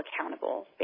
accountable